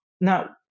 Now